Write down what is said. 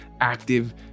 active